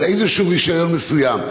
אבל איזשהו רישיון מסוים.